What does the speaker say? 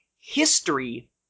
history